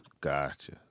gotcha